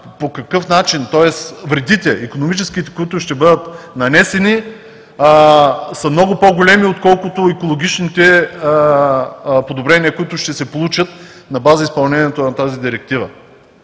по какъв начин вредите, икономическите, които ще бъдат нанесени, са много по-големи, отколкото екологичните подобрения, които ще се получат на база на изпълнението на тази директива.